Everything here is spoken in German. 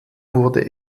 wurde